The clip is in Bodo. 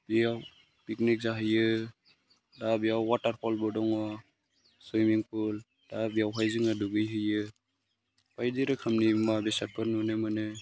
बेयाव पिकनिक जाहैयो दा बेयाव वाथारफलबो दङ सुइमिंफुल दा बेवहाय जोङो दुगैहैयो बायदि रोखोमनि मुवा बेसादफोर नुनो मोनो